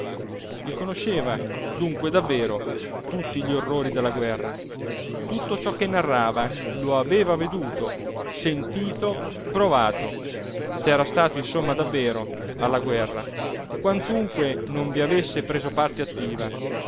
conosceva dunque davvero tutti gli orrori della guerra tutto ciò che narrava lo aveva veduto sentito provato c'era stato insomma davvero alla guerra quantunque non vi avesse preso parte attiva